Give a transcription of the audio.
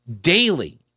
daily